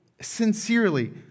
sincerely